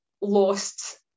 lost